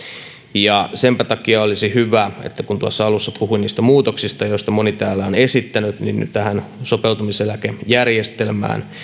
senpä takia olisi hyvä että kun tuossa alussa puhuin niistä muutoksista joita moni täällä on esittänyt niin nyt tähän sopeutumiseläkejärjestelmään